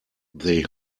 they